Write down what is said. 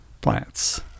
plants